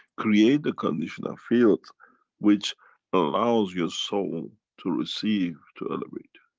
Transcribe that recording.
create the condition of fields which allows your soul to receive to elevate.